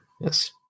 yes